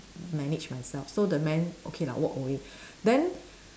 manage myself so the man okay lah walk away then